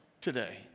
today